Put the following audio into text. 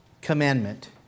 commandment